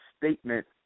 statement